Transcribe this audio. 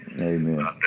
Amen